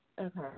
Okay